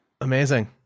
Amazing